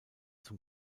zum